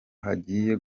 hagiye